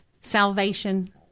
salvation